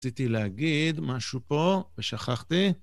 רציתי להגיד משהו פה ושכחתי